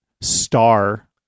star